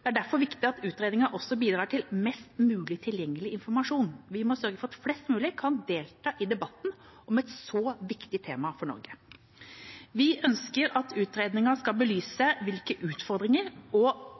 Det er derfor viktig at utredningen også bidrar til mest mulig tilgjengelig informasjon. Vi må sørge for at flest mulig kan delta i debatten om et så viktig tema for Norge. Vi ønsker at utredningen skal belyse hvilke utfordringer og